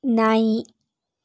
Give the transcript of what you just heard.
ನಾಯಿ